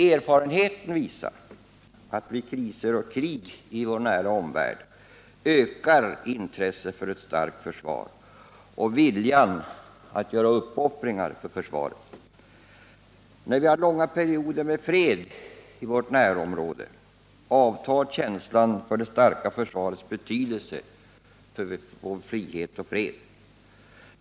Erfarenheten visar att vid kriser och krig i vår nära omvärld ökar intresset för ett starkt försvar och även viljan att göra uppoffringar för försvaret. När vi har långa perioder med fred i vårt närområde avtar känslan för det starka försvarets betydelse för vår frihet och fred.